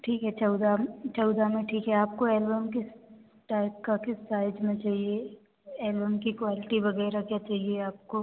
ठीक है चौदह चौदह में ठीक है आपको एल्बम किस टाइप का किस साइज में चाहिए एल्बम की क्वालटी वग़ैरह क्या चाहिए आपको